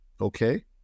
Okay